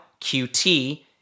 QT